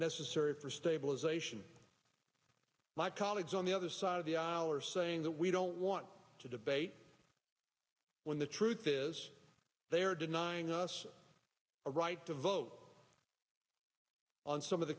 necessary for stabilization my colleagues on the other side of the aisle are saying that we don't want to debate when the truth is they are denying us a right to vote on some of the